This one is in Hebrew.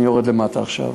אני יורד למטה עכשיו.